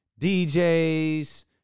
DJs